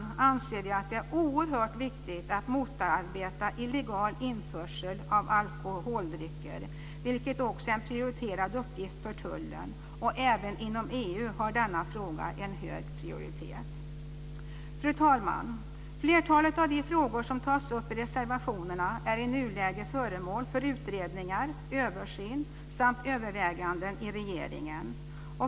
Vi anser också att det är oerhört viktigt att motarbeta illegal införsel av alkoholdrycker, vilket är en prioriterad uppgift för tullen. Även inom EU har denna fråga en hög prioritet. Fru talman! Flertalet av de frågor som tas upp i reservationerna är i nuläget föremål för utredningar, översyn samt överväganden i regeringen.